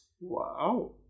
wow